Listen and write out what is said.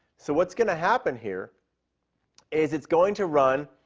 so what's going to happen here is it's going to run,